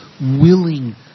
willing